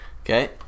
Okay